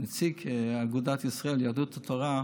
נציג אגודת ישראל, יהדות התורה,